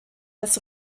als